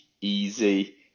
easy